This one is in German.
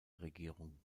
regierung